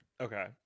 Okay